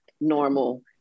normal